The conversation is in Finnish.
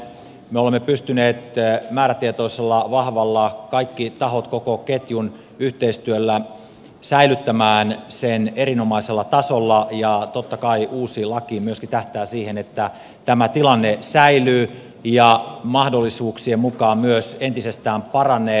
me olemme pystyneet määrätietoisella vahvalla kaikkien tahojen koko ketjun yhteistyöllä säilyttämään sen erinomaisella tasolla ja totta kai myöskin uusi laki tähtää siihen että tämä tilanne säilyy ja mahdollisuuksien mukaan myös entisestään paranee